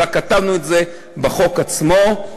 אלא כתבנו את זה בחוק עצמו.